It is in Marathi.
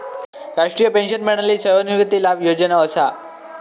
राष्ट्रीय पेंशन प्रणाली सेवानिवृत्ती लाभ योजना असा